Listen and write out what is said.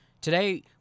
Today